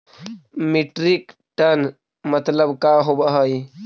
Metric ton मतलब का होव हइ?